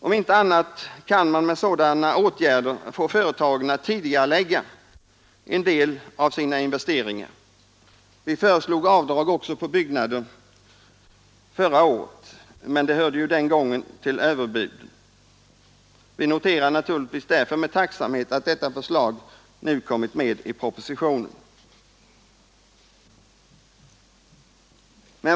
Om inte annat kan man med sådana åtgärder få företagen att tidigarelägga en del av sina å för byggnader förra året, men det investeringar. Vi föreslog avdrag ock: hörde den gången till överbuden. Vi noterar naturligtvis därför med tacksamhet att detta förslag nu kommit med i propositionen.